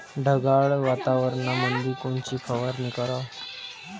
ढगाळ वातावरणामंदी कोनची फवारनी कराव?